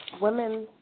women